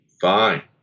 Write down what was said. fine